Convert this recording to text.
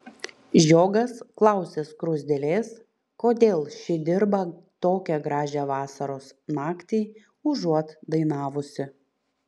žiogas klausia skruzdėlės kodėl ši dirba tokią gražią vasaros naktį užuot dainavusi